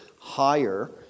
higher